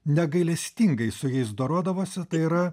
negailestingai su jais dorodavosi tai yra